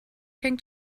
hängt